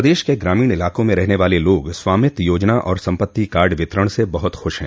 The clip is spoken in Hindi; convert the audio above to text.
पदेश के ग्रामीण इलाकों में रहने वाल लोग स्वामित्व योजना और सम्पत्ति कार्ड वितरण से बहुत खुश हैं